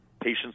patients